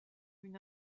une